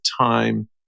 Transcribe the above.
time